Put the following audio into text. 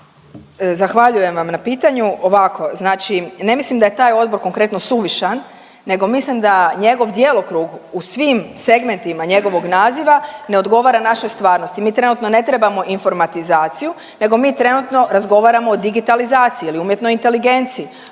Zahvaljujem vam na pitanju. Ovako, znači ne mislim da je taj odbor konkretno suvišan nego mislim da njegov djelokrug u svim segmentima njegovog naziva ne odgovara našoj stvarnosti. Mi trenutno ne trebamo informatizaciju nego mi trenutno razgovaramo o digitalizaciji ili umjetnoj inteligenciji